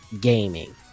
gaming